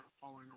following